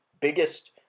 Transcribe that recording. biggest